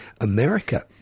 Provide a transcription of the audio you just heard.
America